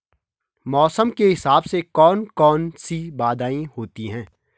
मौसम के हिसाब से कौन कौन सी बाधाएं होती हैं?